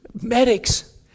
medics